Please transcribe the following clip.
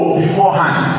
beforehand